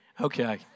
Okay